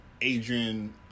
Adrian